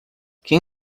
quem